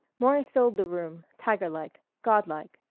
maury filled the room, tigerlike, godlike.